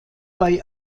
bei